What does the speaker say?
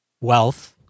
wealth